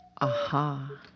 Aha